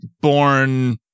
born